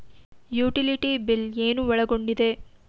Utility bill ಏನು ಒಳಗೊಂಡಿದೆ?